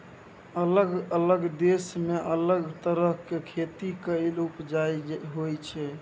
अलग अलग देश मे अलग तरहक खेती केर उपजा होइ छै